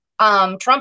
Trump